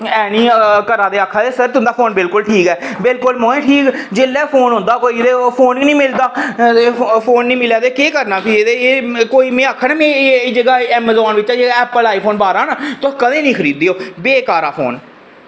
ते ऐ निं करा दे ते आक्खा दे कि सर तुंदा फोन बिल्कुल ठीक ऐ बिल्कुल ते मोऐ जेल्लै फोन करो ते फोन निं मिलदा ते फोन निं मिलै ते केह् करना भी ते कोई आक्खा दा ना कि में एह् एमेजॉन उप्परा एह् एप्पल आईफोन बाह्रा ना तुस कदें निं खरीदेओ बेकार आ फोन